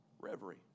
Reverie